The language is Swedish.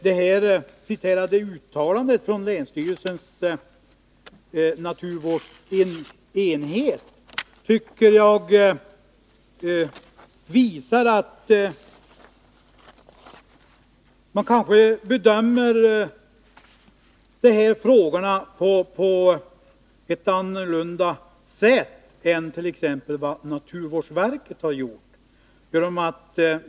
Det citerade uttalandet från länsstyrelsens naturvårdsenhet tycker jag visar att man kanske bedömer de här frågorna på ett annat sätt än vad t.ex. naturvårdsverket har gjort.